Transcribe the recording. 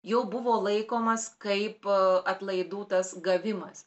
jau buvo laikomas kai po atlaidų tas gavimas